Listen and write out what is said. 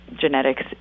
genetics